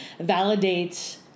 validates